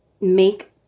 make